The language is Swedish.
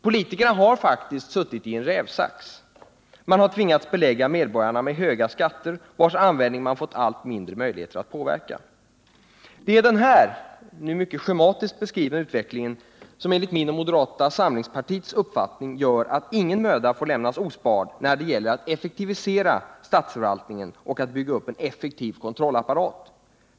Politikerna har faktiskt suttit i en rävsax. Man har tvingats att av medborgarna ta ut höga skatter, vilkas användning man fått allt mindre möjligheter att påverka. Det är denna, mycket schematiskt beskrivna, utveckling som enligt min och moderata samlingspartiets uppfattning gör att ingen möda får sparas när det gäller att effektivisera statsförvaltningen och att bygga upp en effektiv kontrollapparat.